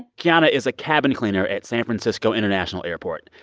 kiana is a cabin cleaner at san francisco international airport.